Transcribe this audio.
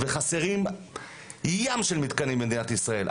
חסרים ים של מתקנים במדינת ישראל.